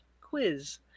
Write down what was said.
quiz